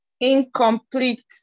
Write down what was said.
Incomplete